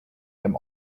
them